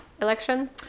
election